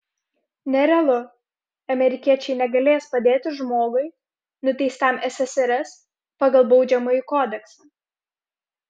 nerealu amerikiečiai negalės padėti žmogui nuteistam ssrs pagal baudžiamąjį kodeksą